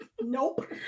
nope